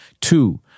Two